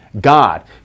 God